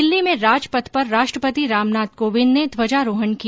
दिल्ली में राजपथ पर राष्ट्रपति रामनाथ कोविंद ने ध्वजारोहण किया